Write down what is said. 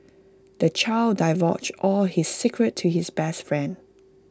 the child divulged all his secrets to his best friend